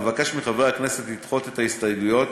אבקש מחברי הכנסת לדחות את ההסתייגויות